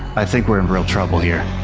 i think we're in real trouble here.